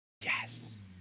Yes